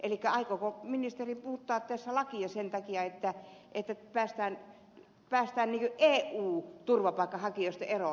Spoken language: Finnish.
elikkä aikooko ministeri muuttaa tässä lakia sen takia että päästään eu turvapaikanhakijoista eroon